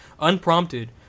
unprompted